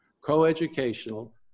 coeducational